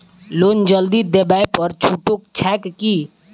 Loan जल्दी देबै पर छुटो छैक की?